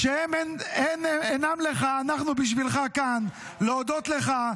כשהם אינם לך, אנחנו בשבילך כאן, להודות לך.